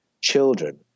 children